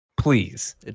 Please